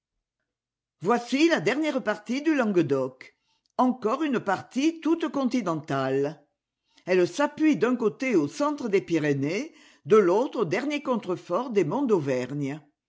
voici la dernière partie du languedoc encore une partie toute continentale elle s'appuie d'un côté au centre des pyrénées de l'autre aux derniers contreforts des monts d'auvergne